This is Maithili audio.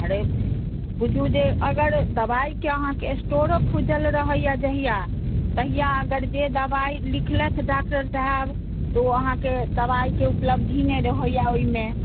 आरे बुझू जे अगर दवाइ के अहाँके स्टोरो खुजल रहैया जहिया तहिया अगर जे दवाइ लिखलैथ डॉक्टर साहब तऽ ओ अहाँके दवाइ के उपलब्धी नहि रहैया ओहिमे